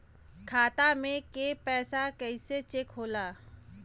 खाता में के पैसा कैसे चेक होला?